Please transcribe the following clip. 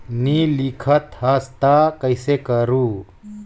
नी लिखत हस ता कइसे करू?